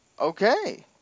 Okay